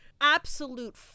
absolute